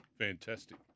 Fantastic